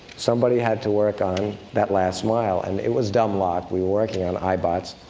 somebody had to work on that last mile, and it was dumb luck. we were working on ibots,